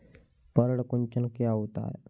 पर्ण कुंचन क्या होता है?